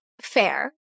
Fair